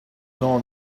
know